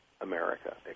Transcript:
America